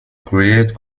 create